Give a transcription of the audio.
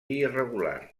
irregular